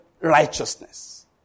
righteousness